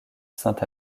saint